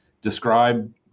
describe